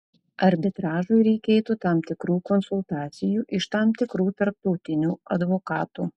arbitražui reikėtų tam tikrų konsultacijų iš tam tikrų tarptautinių advokatų